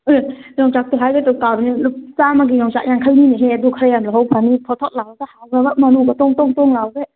ꯑꯦ ꯌꯣꯡꯆꯥꯛꯇꯨ ꯍꯥꯏꯒꯦ ꯇꯧꯔꯥ ꯀꯥꯎꯋꯤꯅꯦ ꯆꯥꯝꯃꯒꯤ ꯌꯣꯡꯆꯥꯛꯇꯨ ꯌꯥꯡꯈꯩꯅꯤꯅꯦꯍꯦ ꯑꯗꯨ ꯈꯔ ꯌꯥꯝ ꯂꯧꯍꯧꯕ ꯐꯅꯤ ꯊꯣꯠ ꯊꯣꯠ ꯂꯥꯎꯔꯒ ꯃꯔꯨꯒ ꯇꯣꯡ ꯇꯣꯡ ꯂꯥꯎꯒꯩ